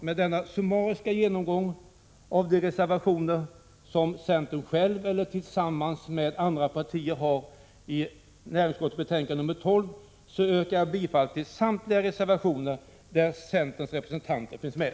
Med denna summariska genomgång av de reservationer som centern ensam eller tillsammans med andra partier har i näringsutskottets betänkande nr 12 yrkar jag bifall till samtliga reservationer där centerns representanter finns med.